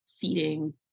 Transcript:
feeding